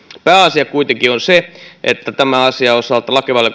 pääasia kuitenkin on se että tämän asian osalta lakivaliokunta on